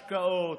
להמשיך בהשקעות,